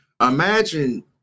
Imagine